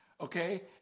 okay